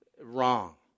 Wrong